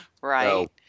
Right